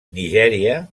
nigèria